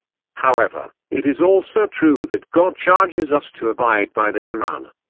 however, it is also true that god charges us to abide by the koran.